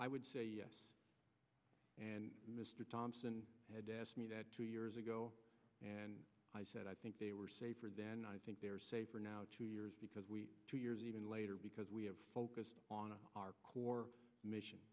i would say yes and mr thompson had two years ago and i said i think they were safer then i think they're safer now two years because we two years even later because we have focused on our core mission